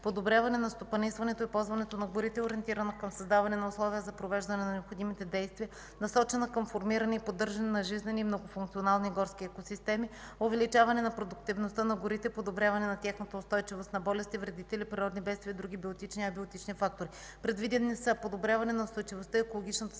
подобряване на стопанисването и използването на горите, ориентирано към създаване на условия за провеждане на необходимите действия, насочени към формиране и поддържане на жизнени многофункционални горски екосистеми, увеличаване на продуктивността на горите и подобряване на тяхната устойчивост на болести, вредители, природни бедствия и други биотични и абиотични фактори. Предвидени са: подобряване на устойчивостта и екологичната стойност